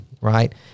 right